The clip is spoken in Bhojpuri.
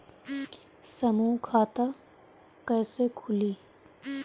समूह खाता कैसे खुली?